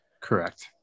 Correct